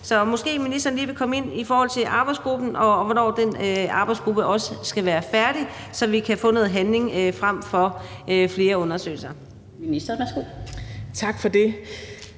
Så måske ministeren lige vil komme ind på arbejdsgruppen, og hvornår arbejdsgruppen skal være færdig, så vi kan få noget handling frem for flere undersøgelser. Kl. 19:08 Den fg. formand